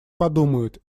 подумают